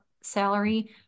salary